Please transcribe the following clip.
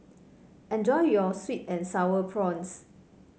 enjoy your sweet and sour prawns